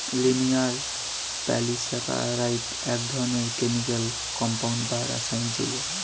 linear polysaccharide এক ধরনের chemical compound বা রাসায়নিক যৌগ